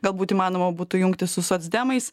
galbūt įmanoma būtų jungtis su socdemais